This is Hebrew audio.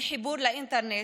מחיבור לאינטרנט,